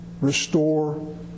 restore